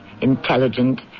intelligent